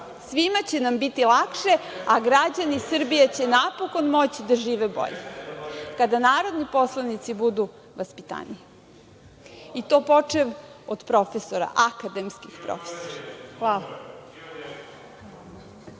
Svima će nam biti lakše, a građani Srbije će napokon moći da žive bolje, kada narodni poslanici budu vaspitaniji, i to počev od profesora, akademskih profesora. Hvala.